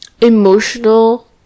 emotional